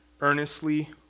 earnestly